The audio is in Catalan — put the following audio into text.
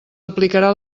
aplicarà